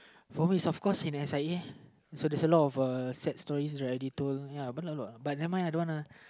for me it's of course in S_I_Auhso there's a lot of uh sad stories but not a lot but nevermind uh don't want uh